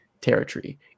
territory